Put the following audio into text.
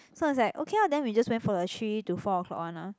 so I was like okay lor then we just went for the three to four o-clock one ah